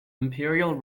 imperial